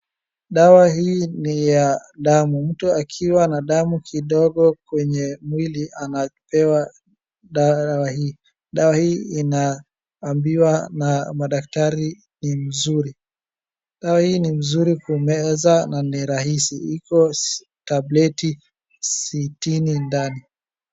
Dawa hii ni ya damu, mtu akiwa na damu kidogo kwenye mwili anapewa dawa hii, dawa hii inaambiwa na madaktari ni mzuri. Dawa hii ni mzuri kumeza na ni rahisi, iko tableti sitini ndani.